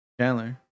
Chandler